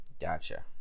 Gotcha